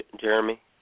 Jeremy